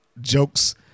jokes